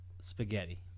spaghetti